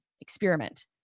experiment